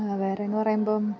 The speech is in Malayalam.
വേറെ എന്ന് പറയുമ്പം